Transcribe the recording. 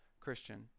Christian